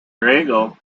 regel